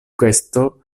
kesto